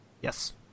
Yes